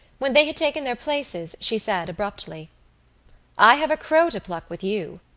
when they had taken their places she said abruptly i have a crow to pluck with you.